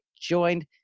joined